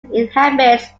inhabits